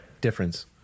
difference